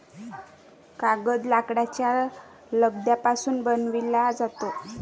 कागद लाकडाच्या लगद्यापासून बनविला जातो